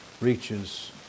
reaches